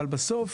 אבל בסוף,